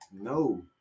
No